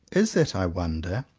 is it i wonder,